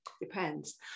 depends